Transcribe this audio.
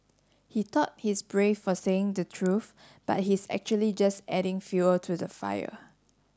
he thought he's brave for saying the truth but he's actually just adding fuel to the fire